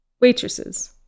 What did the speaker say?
Waitresses